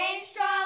Strong